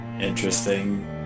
interesting